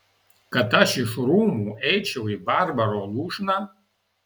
kad aš iš rūmų eičiau į barbaro lūšną